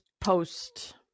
post